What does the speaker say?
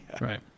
Right